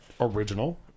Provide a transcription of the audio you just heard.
original